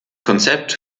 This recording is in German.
konzept